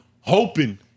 hoping